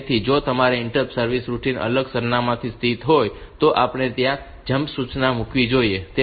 તેથી જો તમારી ઇન્ટરપ્ટ સર્વિસ રૂટિન અલગ સરનામાંથી સ્થિત હોય તો આપણે ત્યાં જમ્પ સૂચના મૂકવી જોઈએ